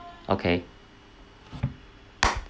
okay